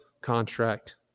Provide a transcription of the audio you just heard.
contract